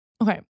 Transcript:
okay